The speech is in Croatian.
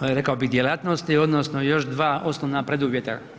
rekao bih, djelatnosti odnosno još dva osnovna preduvjeta.